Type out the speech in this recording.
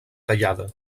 tallada